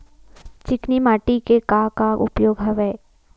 चिकनी माटी के का का उपयोग हवय?